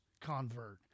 convert